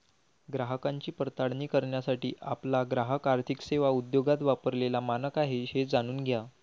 ग्राहकांची पडताळणी करण्यासाठी आपला ग्राहक आर्थिक सेवा उद्योगात वापरलेला मानक आहे हे जाणून घ्या